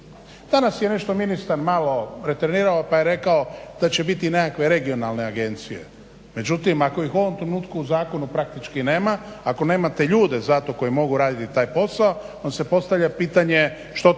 Danas je nešto ministar malo … pa je rekao da će biti nekakve regionalne agencije, međutim ako ih u ovom trenutku u zakonu praktički nema, ako nemate ljude za to koji mogu raditi taj posao onda se postavlja pitanje što to